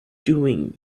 doing